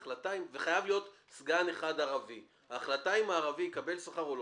אני לא יודע בדיוק מה העלות של סגן בשכר.